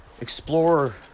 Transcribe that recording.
explore